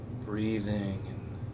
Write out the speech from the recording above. breathing